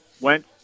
went